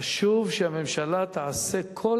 חשוב שהממשלה תעשה כל